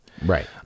right